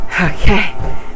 okay